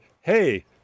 hey